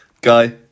Guy